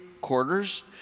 quarters